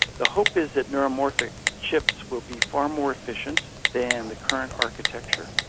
the hope is that neuromorphic chips will be far more efficient than the current architecture,